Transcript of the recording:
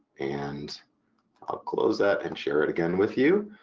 and i'll close that and share it again with you.